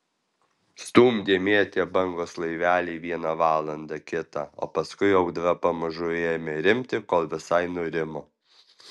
stumdė mėtė bangos laivelį vieną valandą kitą o paskui audra pamažu ėmė rimti kol visai nurimo